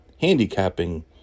handicapping